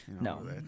no